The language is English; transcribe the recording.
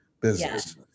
business